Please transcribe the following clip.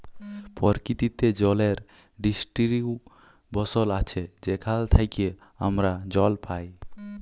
পরকিতিতে জলের ডিস্টিরিবশল আছে যেখাল থ্যাইকে আমরা জল পাই